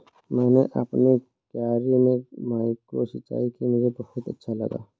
मैंने अपनी क्यारी में माइक्रो सिंचाई की मुझे बहुत अच्छा लगा